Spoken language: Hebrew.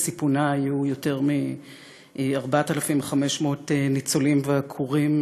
על סיפונה היו יותר מ-4,500 ניצולים ועקורים